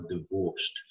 divorced